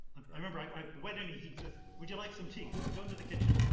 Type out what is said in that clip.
i remember, i went and he he just, would you like some tea? so we go into the kitchen,